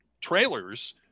trailers